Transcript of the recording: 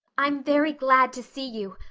i'm very glad to see you.